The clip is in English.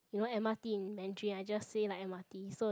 you know m_r_t in Mandarin I just say like m_r_t so it's